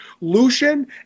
Lucian